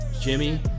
Jimmy